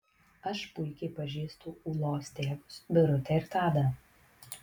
aš puikiai pažįstu ūlos tėvus birutę ir tadą